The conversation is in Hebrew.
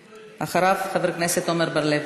אחריו, חבר הכנסת עמר בר-לב.